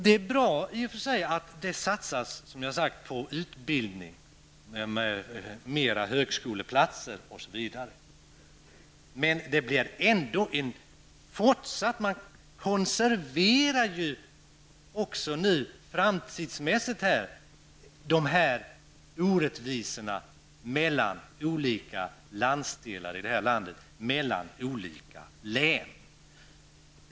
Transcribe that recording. Det är i och för sig bra att, som jag har sagt, det satsas på utbildning, fler högskoleplatser m.m. Men orättvisorna mellan olika landsdelar och län konserveras ändå för framtiden.